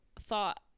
thought